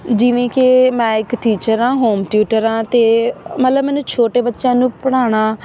ਜਿਵੇਂ ਕਿ ਮੈਂ ਇੱਕ ਟੀਚਰ ਹਾਂ ਹੋਮ ਟਿਊਟਰ ਹਾਂ ਅਤੇ ਮਤਲਬ ਮੈਨੂੰ ਛੋਟੇ ਬੱਚਿਆਂ ਨੂੰ ਪੜ੍ਹਾਉਣਾ